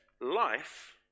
life